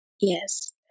Yes